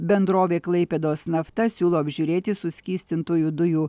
bendrovė klaipėdos nafta siūlo apžiūrėti suskystintųjų dujų